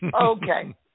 Okay